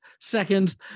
seconds